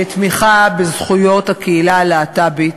לתמיכה בזכויות הקהילה הלהט"בית,